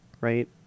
right